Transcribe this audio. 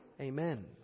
Amen